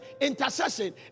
intercession